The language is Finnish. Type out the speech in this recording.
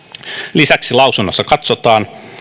lisäksi lausunnossa katsotaan